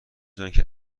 شدندکه